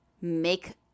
make